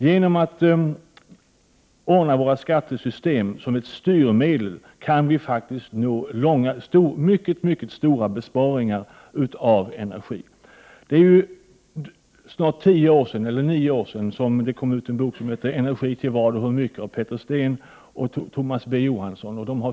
Genom att lägga in styrmedel i vårt skattesystem kan vi faktiskt göra mycket stora energibesparingar. För snart nio år sedan kom boken Energi till vad och hur mycket? av Peter Steen och Tomas B Johansson ut.